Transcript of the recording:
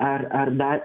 ar ar dar